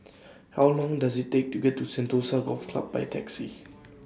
How Long Does IT Take to get to Sentosa Golf Club By Taxi